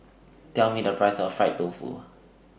Tell Me The Price of Fried Tofu